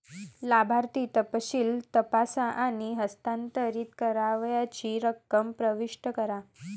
लाभार्थी तपशील तपासा आणि हस्तांतरित करावयाची रक्कम प्रविष्ट करा